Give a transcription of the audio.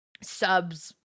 subs